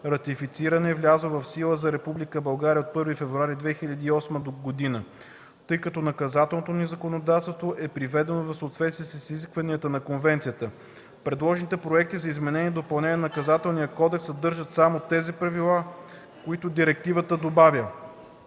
ратифицирана и влязла в сила за Република България от 1 февруари 2008 г. Тъй като наказателното ни законодателство е приведено в съответствие с изискванията на Конвенцията, предложените проекти за изменение и допълнение на Наказателния кодекс съдържат само тези правила, които директивата добавя: